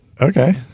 Okay